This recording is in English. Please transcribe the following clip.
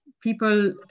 people